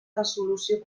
resolució